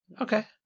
Okay